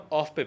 off